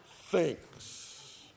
thinks